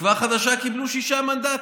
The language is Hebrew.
תקווה חדשה קיבלו שישה מנדטים.